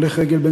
הולך רגל,